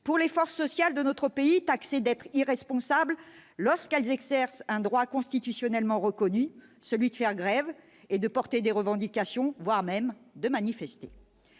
pour les forces sociales de notre pays, taxées d'être irresponsables lorsqu'elles exercent un droit constitutionnellement reconnu, celui de faire grève et de porter des revendications, voire de manifester.